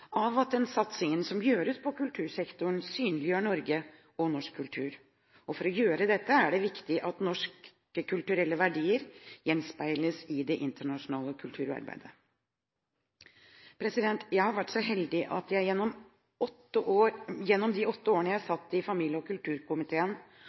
av at den satsingen som gjøres på kultursektoren, synliggjør Norge og norsk kultur. Og for å gjøre dette er det viktig at norske kulturelle verdier gjenspeiles i det internasjonale kulturarbeidet. Jeg har vært så heldig at jeg gjennom de åtte årene jeg